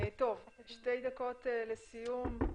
טוב, שתי דקות לסיום.